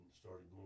started